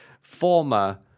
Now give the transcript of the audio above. former